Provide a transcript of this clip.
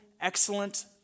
excellent